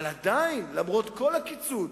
אבל עדיין, למרות כל הקיצוץ,